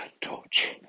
torch